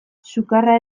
sukarra